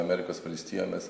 amerikos valstijomis